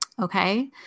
Okay